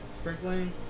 Sprinkling